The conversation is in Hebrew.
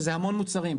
שזה המון מוצרים,